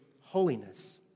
holiness